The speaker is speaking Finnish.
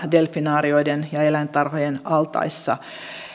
delfinaarioiden ja eläintarhojen altaissa